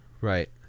Right